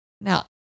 Now